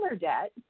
debt